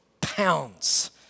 pounds